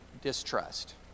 distrust